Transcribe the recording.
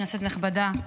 כנסת נכבדה,